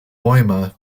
bäume